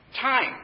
Time